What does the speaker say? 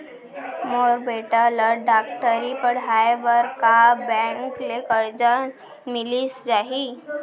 मोर बेटा ल डॉक्टरी पढ़ाये बर का बैंक ले करजा मिलिस जाही?